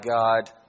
God